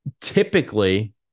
Typically